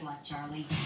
Charlie